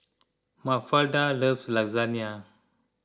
Mafalda loves Lasagna